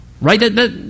Right